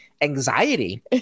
anxiety